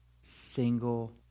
single